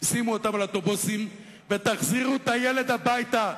שימו אותם על אוטובוסים ותחזירו את הילד הביתה.